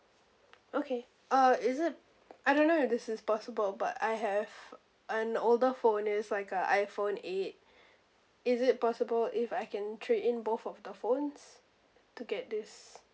okay uh is it I don't know if this is possible but I have an older phone it's like a iphone eight is it possible if I can trade in both of the phones to get this